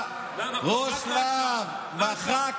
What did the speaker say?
ולסדר לחברים שלך ג'ובים אתה לא עושה כלום,